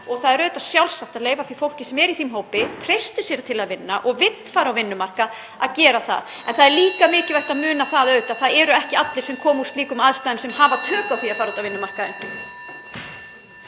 Það er auðvitað sjálfsagt að leyfa því fólki sem er í þeim hópi, treystir sér til að vinna og vill fara á vinnumarkað að gera það. (Forseti hringir.) En það er líka mikilvægt að muna að það eru ekki allir sem koma úr slíkum aðstæðum sem hafa tök á því að fara út á vinnumarkaðinn.